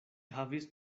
havis